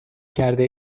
کرده